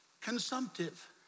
consumptive